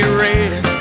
red